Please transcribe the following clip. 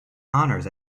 honours